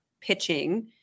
pitching